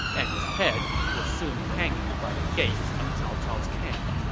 and his head was soon hanging by the gates of cao cao's camp